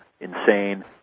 insane